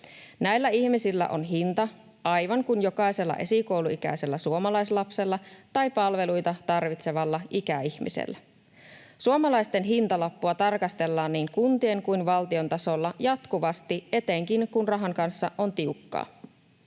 Näillä ihmisillä on hinta, aivan kuin jokaisella esikouluikäisellä suomalaislapsella tai palveluita tarvitsevalla ikäihmisellä. Suomalaisten hintalappua tarkastellaan niin kuntien kuin valtion tasolla jatkuvasti, etenkin kun rahan kanssa on tiukkaa.